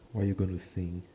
what are you going to sing